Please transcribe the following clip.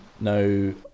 No